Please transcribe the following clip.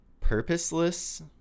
purposeless